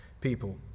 people